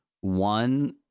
one